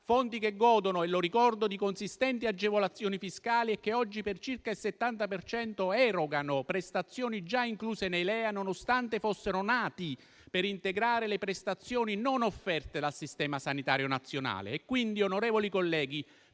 che godono - lo ricordo - di consistenti agevolazioni fiscali che oggi, per circa il 70 per cento, erogano prestazioni già incluse nei LEA, nonostante fossero nati per integrare le prestazioni non offerte dal Servizio sanitario nazionale. Quindi, onorevoli colleghi,